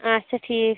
آچھا ٹھیٖک